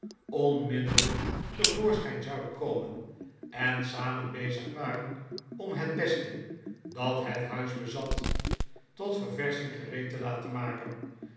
onmiddellijk te voorschijn zouden komen en samen bezig waren om het beste dat het huis bezat tot verversching gereed te laten maken